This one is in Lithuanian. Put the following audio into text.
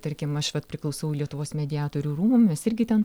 tarkim aš vat priklausau lietuvos mediatorių rūmų mes irgi ten